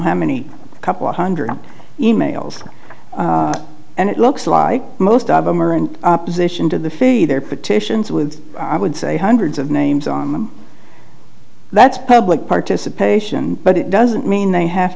how many couple hundred e mails and it looks like most of them are in opposition to the fe they're petitions with i would say hundreds of names on them that's public participation but it doesn't mean they have